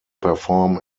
perform